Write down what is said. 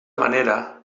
manera